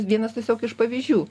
vienas tiesiog iš pavyzdžių